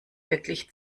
wirklich